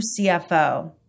CFO